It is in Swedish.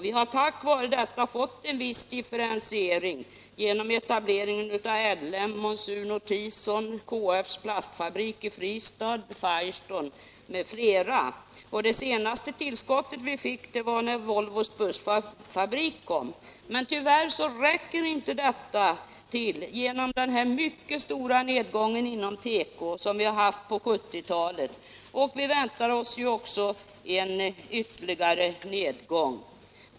Vi har tack vare detta fått en = och konfektions viss differentiering genom etableringen av LM, Monsun-Tison, KF:s — industrierna plastfabrik i Fristad, Firestone m.fl. Det senaste tillskottet var när Volvos bussfabrik kom, men tyvärr räcker inte detta — på grund av den mycket — Om sysselsättningen stora nedgång inom tekoindustrin som vi haft under 1970-talet. Vi väntar — vid Algots Nord oss också en ytterligare nedgång.